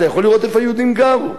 אתה יכול לראות איפה היהודים גרו.